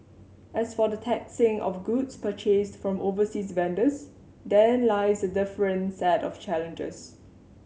as for the taxing of goods purchased from overseas vendors therein lies a different set of challenges